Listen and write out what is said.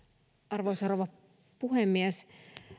arvoisa rouva puhemies